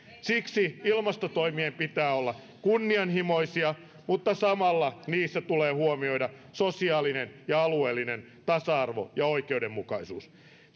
siksi ilmastotoimien pitää olla kunnianhimoisia mutta samalla niissä tulee huomioida sosiaalinen ja alueellinen tasa arvo ja oikeudenmukaisuus